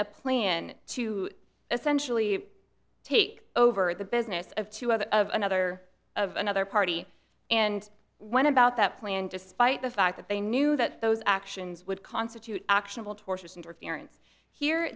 a plan to essentially take over the business of two other of another of another party and one about that plan despite the fact that they knew that those actions would constitute actionable tortious interference here